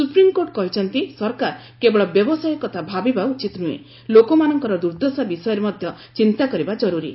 supreme court କହିଛନ୍ତି ସରକାର କେବଳ ବ୍ୟବସାୟ କଥା ଭାବିବା ଉଚିତ ନୁହେଁ ଲୋକମାନଙ୍କର ଦୁର୍ଦ୍ଦଶା ବିଷୟରେ ମଧ୍ୟ ଚିନ୍ତା କରିବା ଜରୁରୀ